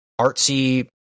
artsy